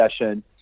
session